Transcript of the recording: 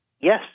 Yes